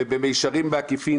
במישרין או בעקיפין,